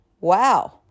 Wow